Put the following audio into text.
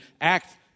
act